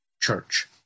Church